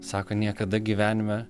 sako niekada gyvenime